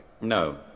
No